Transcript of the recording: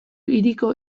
hiriko